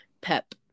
pep